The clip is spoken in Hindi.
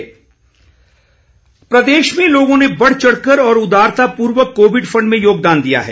कोविड फंड प्रदेश में लोगों ने बढ़ चढ़ कर और उदारतापूर्वक कोविड फंड में योगदान दिया है